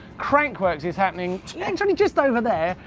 crankworx is happening just over there.